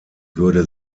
würde